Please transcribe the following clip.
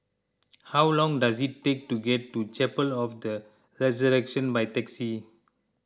how long does it take to get to Chapel of the Resurrection by taxi